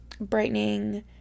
brightening